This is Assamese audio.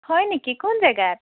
হয় নেকি কোন জেগা